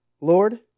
Lord